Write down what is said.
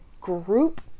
group